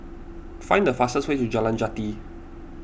find the fastest way to Jalan Jati